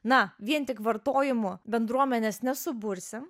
na vien tik vartojimo bendruomenės nesubursi